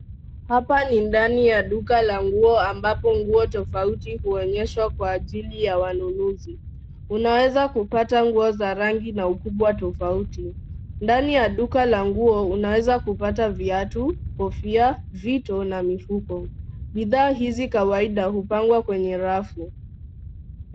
Hapa ni ndani ya duka la nguo ambapo nguo tofauti huonyeshwa kwa ajili ya wanunuzi. Unaweza kupata nguo za rangi na ukubwa tofauti. Ndani ya duka la nguo unaweza kupata viatu, kofia, vito na mifuko. Bidhaa hizi kawaida hupangwa kwenye rafu.